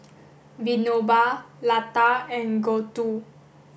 Vinoba Lata and Gouthu